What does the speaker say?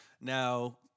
now